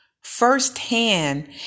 firsthand